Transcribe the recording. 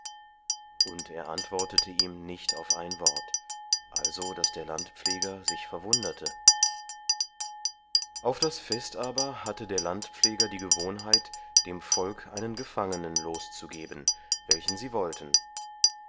und er antwortete ihm nicht auf ein wort also daß der landpfleger sich verwunderte auf das fest aber hatte der landpfleger die gewohnheit dem volk einen gefangenen loszugeben welchen sie wollten